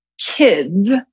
kids